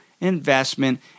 investment